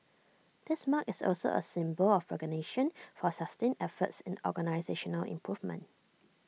this mark is also A symbol of recognition for sustained efforts in organisational improvement